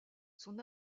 son